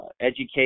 education